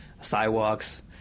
sidewalks